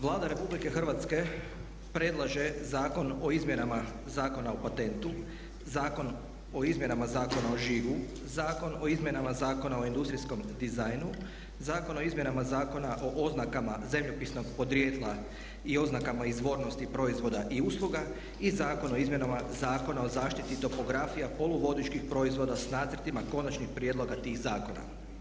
Vlada Republike Hrvatske predlaže zakon o izmjenama Zakona o patentu, zakon o izmjenama Zakona o žigu, zakon o izmjenama Zakona o industrijskom dizajnu, zakon o izmjenama Zakona o oznakama zemljopisnog podrijetla i oznakama izvornosti proizvoda i usluga i zakon o izmjenama Zakona o zaštiti topografija poluvodičkih proizvoda s nacrtima konačnih prijedloga tih zakona.